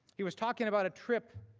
he was talking about a trip